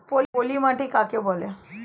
পলি মাটি কাকে বলে?